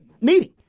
meeting